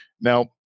Now